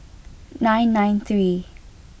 nine nine three